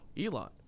Elon